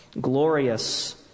glorious